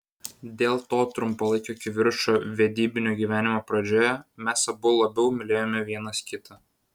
dėl to trumpalaikio kivirčo vedybinio gyvenimo pradžioje mes abu labiau mylėjome vienas kitą